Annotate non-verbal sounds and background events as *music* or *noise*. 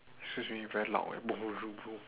excuse me you very loud eh *noise*